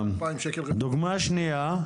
הדוגמא השנייה,